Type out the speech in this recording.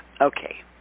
Okay